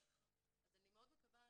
אז אני מאוד מקווה,